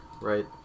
right